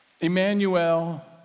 Emmanuel